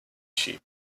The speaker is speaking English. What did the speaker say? sheep